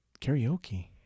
Karaoke